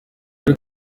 wari